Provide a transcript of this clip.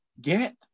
get